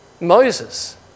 Moses